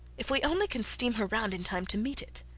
if we only can steam her round in time to meet it.